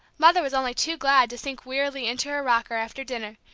mother was only too glad to sink wearily into her rocker after dinner,